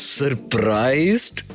surprised